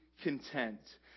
content